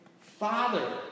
Father